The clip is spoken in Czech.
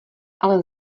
ale